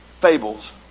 Fables